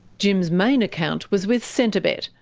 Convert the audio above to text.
jim's main account was with centrebet,